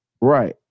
Right